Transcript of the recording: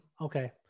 okay